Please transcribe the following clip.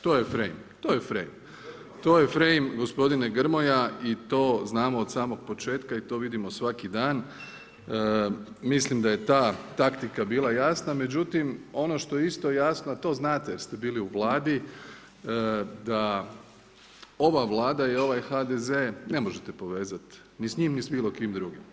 To je frame, to je frame gospodine Grmoja i to znamo od samog početka i to vidimo svaki dan, mislim da je ta taktika bila jasna međutim ono što je isto jasno, a to znate jer ste bili u Vladi da ova Vlada i ovaj HDZ ne možete povezati ni s njim ni s bilo kim drugim.